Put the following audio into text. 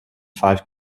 five